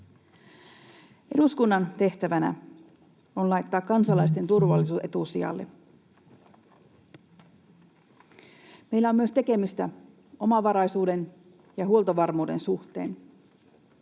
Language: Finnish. Eduskunnan tehtävänä on laittaa kansalaisten turvallisuus etusijalle. Meillä on myös tekemistä omavaraisuuden ja huoltovarmuuden suhteen.